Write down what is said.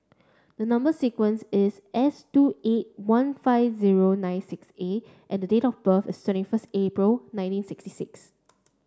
the number sequence is S two eight one five zero nine six A and the date of birth is twenty first April nineteen sixty six